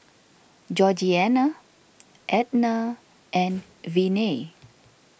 Georgeanna Ednah and Viney